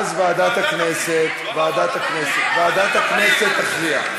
אז ועדת הכנסת, ועדת הכנסת תכריע.